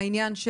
והעניין,